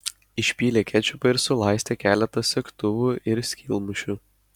išpylė kečupą ir sulaistė keletą segtuvų ir skylmušių